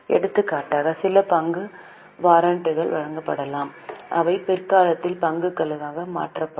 எடுத்துக்காட்டாக சில பங்கு வாரண்டுகள் வழங்கப்படலாம் அவை பிற்காலத்தில் பங்குகளாக மாற்றப்படும்